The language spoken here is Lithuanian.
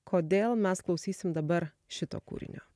kodėl mes klausysim dabar šito kūrinio